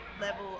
level